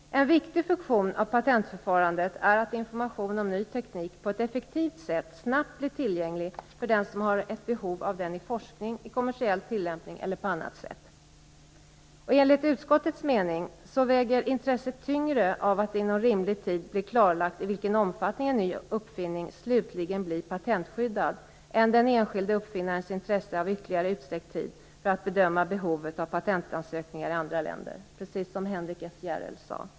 En viktig funktion av patentförfarandet är att information om ny teknik på ett effektivt sätt snabbt blir tillgänglig för den som har ett behov av den i forskning, i kommersiell tilllämpning eller på annat sätt. Enligt utskottets mening väger intresset tyngre av att det inom rimlig tid blir klarlagt i vilken omfattning en ny uppfinning slutligen blir patentskyddad än den enskilde uppfinnarens intresse av ytterligare utsträckt tid för att bedöma behovet av patentansökningar i andra länder, precis som Henrik S Järrel sade.